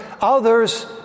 Others